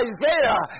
Isaiah